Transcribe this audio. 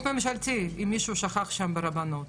אם מישהו שכח שם ברבנות,